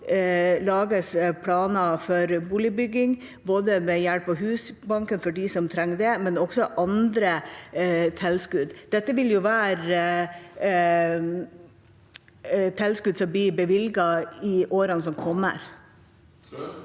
lages planer for boligbygging, både ved hjelp av Husbanken for dem som trenger det, og ved andre tilskudd. Dette vil være tilskudd som blir bevilget i årene som kommer.